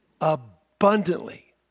abundantly